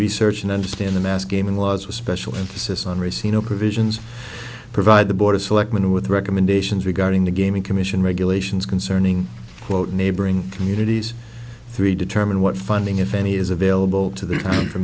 research and understand the mass gaming laws with special emphasis on receive no provisions provide the board of selectmen with recommendations regarding the gaming commission regulations concerning quote neighboring communities three determine what funding if any is available to them for